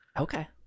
Okay